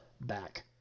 back